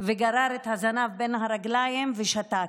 וגרר את הזנב בין הרגליים ושתק,